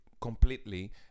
Completely